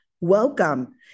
Welcome